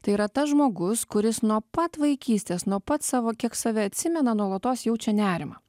tai yra tas žmogus kuris nuo pat vaikystės nuo pat savo kiek save atsimena nuolatos jaučia nerimą